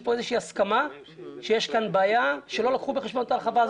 יש פה הסכמה שיש כאן בעיה שלא לקחו בחשבון את ההרחבה הזאת.